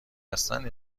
هستند